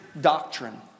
doctrine